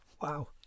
wow